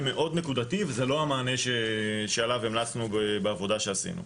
מאוד נקודתי וזה לא המענה שעליו המלצנו בעבודה שעשינו.